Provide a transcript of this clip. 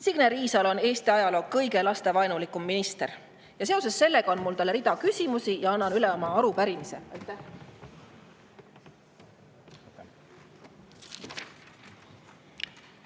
Signe Riisalo on Eesti ajaloo kõige lapsevaenulikum minister. Seoses sellega on mul talle rida küsimusi ja annan üle arupärimise. Aitäh!